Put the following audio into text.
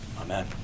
amen